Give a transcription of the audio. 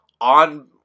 on